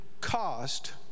cost